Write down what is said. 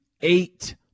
eight